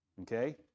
Okay